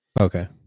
Okay